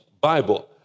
Bible